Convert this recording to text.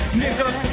nigga